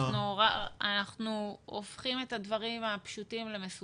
מה שאנחנו מבקשים זה להשתמש באותו הכסף.